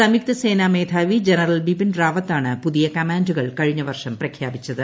സംയുക്ത സേനാ മേധാവി ജനറൽ ബിപിൻ റാവത്താണ് പുതിയ കമാൻഡുകൾ കഴിഞ്ഞ വർഷം പ്രഖ്യാപിച്ചത്